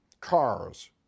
cars